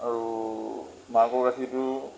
আৰু মাকৰ গাখীৰটো